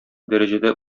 дәрәҗәдә